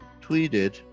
Tweeted